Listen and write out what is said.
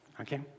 Okay